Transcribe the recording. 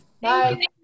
Bye